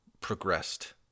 progressed